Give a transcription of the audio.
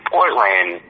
Portland